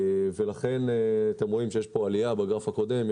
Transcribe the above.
לכן אתם רואים שיש פה עלייה בגרם הקודם.